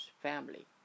family